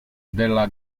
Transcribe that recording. della